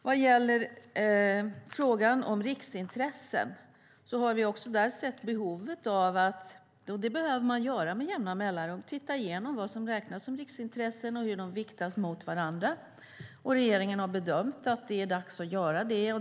Vad gäller frågan om riksintressen har vi också där sett behovet av att titta igenom vad som räknas som riksintressen och hur dessa viktas mot varandra. Det behöver man göra med jämna mellanrum, och regeringen har bedömt att det är dags att göra det.